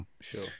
Sure